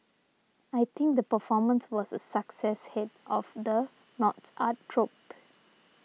I think the performance was a success head of the North's art troupe